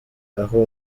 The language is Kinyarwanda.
aho